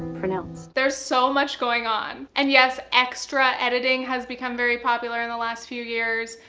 pronounced. there's so much going on! and yes, extra editing has become very popular in the last few years,